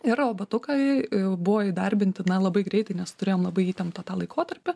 ir robotukai jau buvo įdarbinti na labai greitai nes turėjom labai įtemptą tą laikotarpį